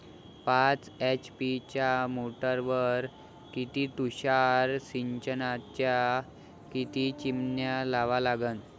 पाच एच.पी च्या मोटारीवर किती तुषार सिंचनाच्या किती चिमन्या लावा लागन?